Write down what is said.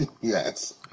Yes